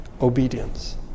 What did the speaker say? obedience